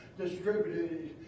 distributed